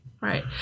Right